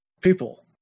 People